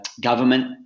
government